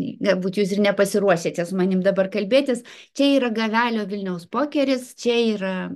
galbūt jūs ir nepasiruošę čia su manim dabar kalbėtis čia yra gavelio vilniaus pokeris čia yra